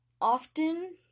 Often